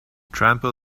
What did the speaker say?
trample